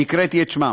שהקראתי את שמם,